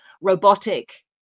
robotic